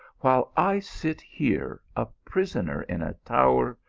while i sit here, a prisoner in a tower,